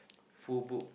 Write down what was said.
full book